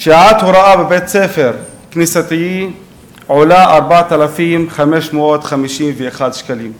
שעת הוראה בבית-ספר כנסייתי עולה 4,551 שקלים,